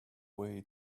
way